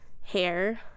hair